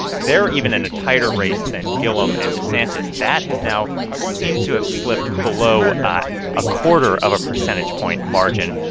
they're even in a tighter race than gillum and desantis. that has now seemed to have slipped below ah a quarter of a percentage point margin,